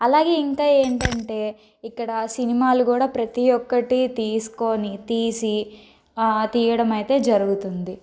అలాగే ఇంకా ఏమిటంటే ఇక్కడ సినిమాలు కూడా ప్రతీ ఒక్కటి తీసుకోని తీసి తీయడమైతే జరుగుతుంది